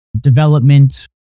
development